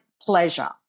pleasure